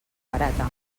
barata